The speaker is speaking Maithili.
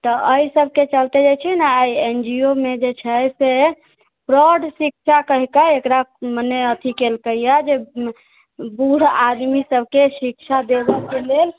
तऽ एहि सबके चलते जे छै ने एहि एनजीओमे जे छै से प्रौढ़ शिक्षा कहिकऽ एकरा मने अथी केलकैए जे बूढ़ आदमी सबके शिक्षा देबऽके लेल